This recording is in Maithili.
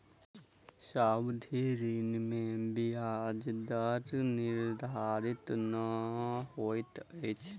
सावधि ऋण में ब्याज दर निर्धारित नै होइत अछि